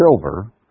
silver